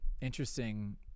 interesting